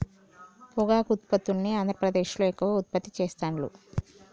పొగాకు ఉత్పత్తుల్ని ఆంద్రప్రదేశ్లో ఎక్కువ ఉత్పత్తి చెస్తాండ్లు